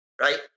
right